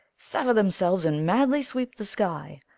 sever themselves and madly sweep the sky,